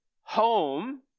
home